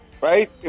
Right